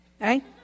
right